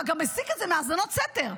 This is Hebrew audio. אתה גם מסיק את זה מהאזנות סתר.